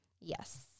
Yes